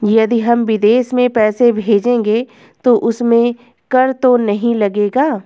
यदि हम विदेश में पैसे भेजेंगे तो उसमें कर तो नहीं लगेगा?